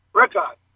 record